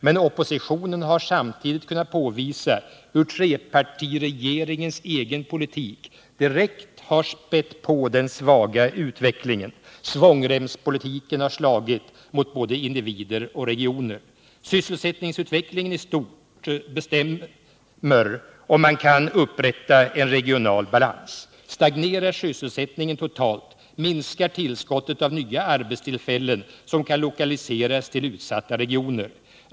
Men oppositionen har samtidigt kunnat påvisa hur trepartiregeringens egen politik direkt har spätt på den svaga utvecklingen. Svångremspolitiken har slagit mot både individer och regioner. Sysselsättningsutvecklingen i stort bestämmer om man kan upprätta en regional balans. Stagnerar sysselsättningen totalt, minskar tillskottet av nya arbetstillfällen som kan lokaliseras till utsatta regioner.